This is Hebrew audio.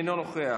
אינו נוכח,